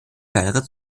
kleinere